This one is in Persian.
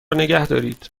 نگهدارید